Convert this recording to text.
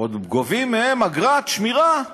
עוד גובים מהם אגרת שמירה.